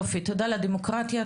תודה, גלעד.